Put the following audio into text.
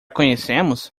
conhecemos